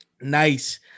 Nice